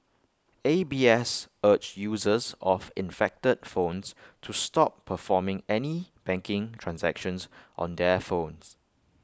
A B S urged users of infected phones to stop performing any banking transactions on their phones